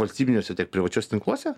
valstybiniuose tiek privačiuose tinkluose